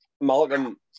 Malcolm